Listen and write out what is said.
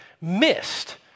missed